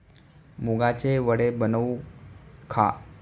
मुगाचे वडे बनवून खा